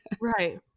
Right